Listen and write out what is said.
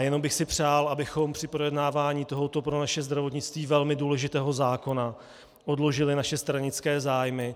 Jenom bych si přál, abychom při projednávání tohoto pro naše zdravotnictví velmi důležitého zákona odložili naše stranické zájmy.